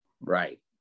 Right